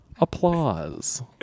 Applause